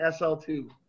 SL2